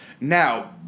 Now